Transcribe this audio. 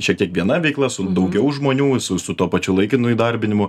šiek tiek viena veikla su daugiau žmonių su su tuo pačiu laikinu įdarbinimu